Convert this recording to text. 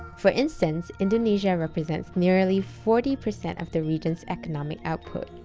for instance, indonesia represents nearly forty percent of the region's economic output,